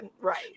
right